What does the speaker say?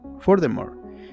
Furthermore